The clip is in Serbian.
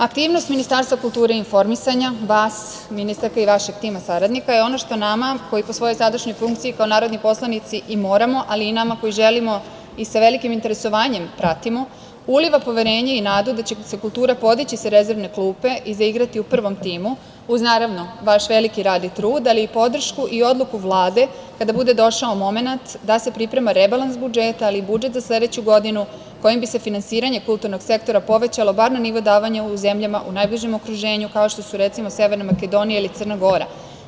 Aktivnost Ministarstva kulture i informisanja, vas ministarka i vašeg tima saradnika je ono što nama koji po svojoj sadašnjoj funkciji kao narodni poslanici i moramo, ali i nama koji želim i sa velikim interesovanjem pratimo, uliva poverenje i nadu da će se kultura podići sa rezervne klupe i zaigrati u prvom timu uz, naravno, vaš veliki rad i trud, ali i podršku i odluku Vlade kada bude došao momenat da se priprema rebalans budžeta ali i budžet za sledeću godinu, kojim bi se finansiranje kulturnog sektora povećalo bar na nivo davanja u zemljama u najbližem okruženju kao što su, recimo, Severna Makedonija ili Crna Gora.